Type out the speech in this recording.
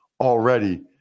already